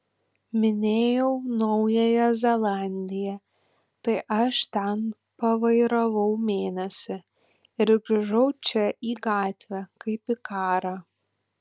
minėjau naująją zelandiją tai aš ten pavairavau mėnesį ir grįžau čia į gatvę kaip į karą